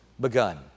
begun